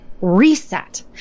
Reset